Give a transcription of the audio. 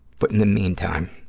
but in the meantime,